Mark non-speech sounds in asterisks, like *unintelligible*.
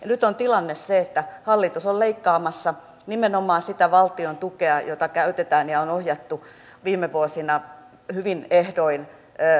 *unintelligible* nyt on tilanne se että hallitus on leikkaamassa nimenomaan sitä valtion tukea jota käytetään ja on ohjattu viime vuosina hyvin ehdoin